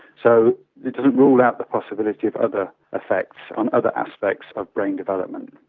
so it doesn't rule out the possibility of other effects on other aspects of brain development.